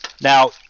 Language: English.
Now